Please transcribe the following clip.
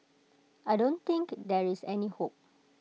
I don't think there is any hope